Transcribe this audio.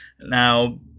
Now